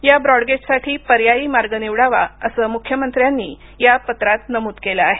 या ब्रॉडगेजसाठी पर्यायी मार्ग निवडावा असं मुख्यमंत्र्यांनी या पत्रात नमूद केलं आहे